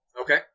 Okay